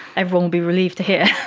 everyone will be relieved to hear.